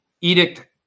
edict